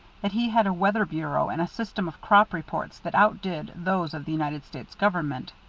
that he had a weather bureau and a system of crop reports that outdid those of the united states government,